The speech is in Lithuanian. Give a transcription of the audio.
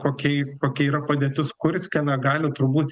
kokiai kokia yra padėtis kurske na gali turbūt